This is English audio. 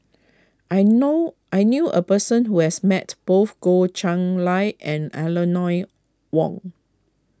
I know I knew a person who has met both Goh Chiew Lye and Eleanor Wong